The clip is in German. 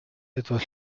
etwas